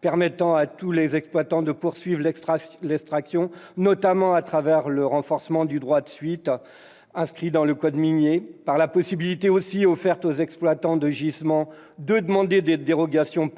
permettent à tous les exploitants de poursuivre l'extraction, notamment à travers le renforcement du droit de suite, inscrit dans le code minier, mais aussi avec la possibilité offerte aux exploitants de gisements de demander des dérogations